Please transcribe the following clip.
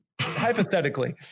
hypothetically